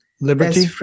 Liberty